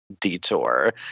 detour